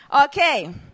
Okay